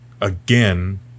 again